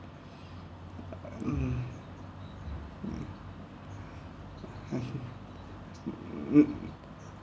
uh mm mm mmhmm mm